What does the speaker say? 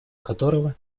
которого